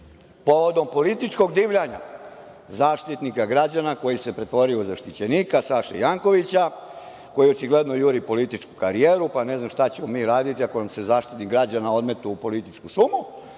povodom političkog divljanja Zaštitnika građana koji se pretvorio u zaštićenika Saše Jankovića, koji očigledno juri političku karijeru, pa ne znam šta ćemo mi raditi ako nam se Zaštitnik građana odmetne u političku šumu?